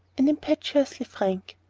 and impetuously frank.